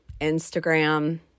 Instagram